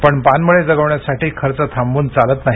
पण पानमळे जगवण्यासाठी खर्च थांबवून चालत नाही